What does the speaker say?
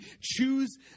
choose